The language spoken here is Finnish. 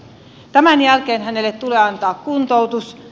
tämän jälkeen hänelle tulee antaa kuntoutus